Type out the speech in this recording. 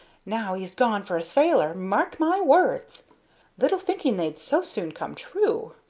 now e's gone for a sailor, mark my words little thinking they'd so soon come true.